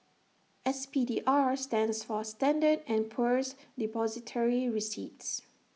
S P D R stands for standard and Poor's Depository receipts